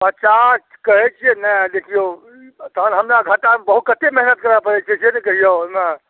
पचास कहै छिए ने देखिऔ तहन हमरा घाटामे बहुत कतेक मेहनति करऽ पड़ै छै से ने कहिऔ ओहिमे